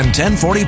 1040